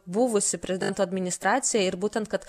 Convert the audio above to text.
buvusi prezidento administracija ir būtent kad